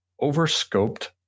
overscoped